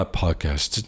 podcast